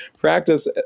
practice